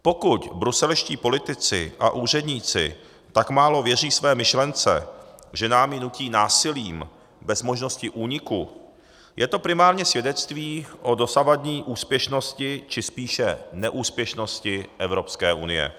Pokud bruselští politici a úředníci tak málo věří své myšlence, že nám ji nutí násilím bez možnosti úniku, je to primárně svědectví o dosavadní úspěšnosti, či spíše neúspěšnosti Evropské unie.